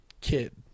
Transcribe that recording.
kid